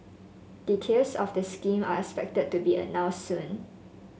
details of the scheme are expected to be announced soon